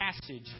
passage